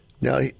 Now